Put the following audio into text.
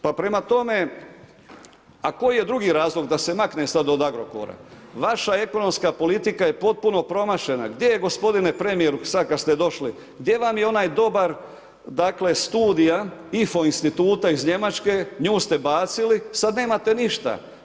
Pa prema tome, a koji je drugi razlog, da se maknem sad od Agrokora, vaša ekonomska politika je potpuno promašena, gdje je gospodine premijeru, sad kad ste došli, gdje vam je onaj dobar dakle studija IFO instituta iz Njemačke, nju ste bacili, sad nemate ništa.